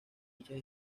dichas